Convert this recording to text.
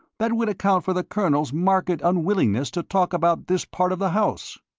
that would account for the colonel's marked unwillingness to talk about this part of the house.